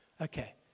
Okay